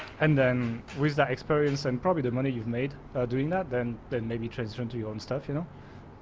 and then with that experience, and probably the money you've made doing that, then then maybe transfer into your own stuff. you know,